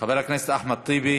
חבר הכנסת אחמד טיבי,